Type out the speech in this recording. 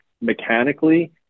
mechanically